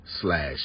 slash